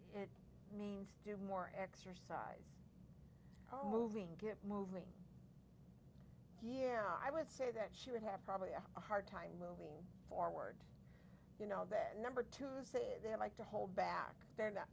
mean means do more exercise oh moving get moving here i would say that she would have probably had a hard time moving forward you know that number to say they like to hold back they're not